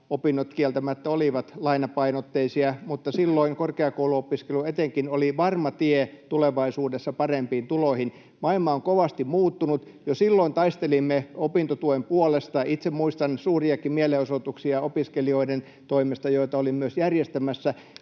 opinnot kieltämättä olivat lainapainotteisia, mutta silloin etenkin korkeakouluopiskelu oli varma tie tulevaisuudessa parempiin tuloihin. Maailma on kovasti muuttunut. Jo silloin taistelimme opintotuen puolesta. Itse muistan suuriakin mielenosoituksia opiskelijoiden toimesta, joita olin myös järjestämässä,